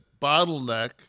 bottleneck